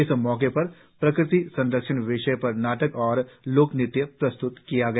इस मौके पर प्रकृति संरक्षण विषय पर नाटक और लोकनृत्य प्रस्त्त किया गया